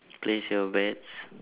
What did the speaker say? place your bets